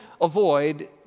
avoid